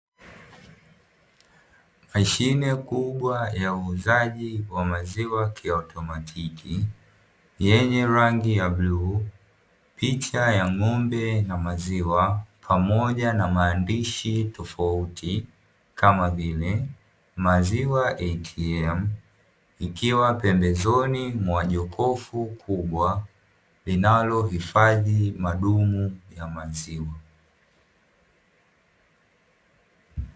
Mashine kubwa ya uuzaji wa maziwa kiautomatiki yenye rangi ya bluu, picha ya ng'ombe na maziwa pamoja na maandishi tofauti kama vile maziwa "ATM", ikiwa pembezoni mwa jokofu kubwa linalohifadhi madumu ya maziwa.